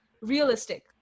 realistic